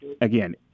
again